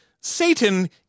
Satan